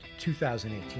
2018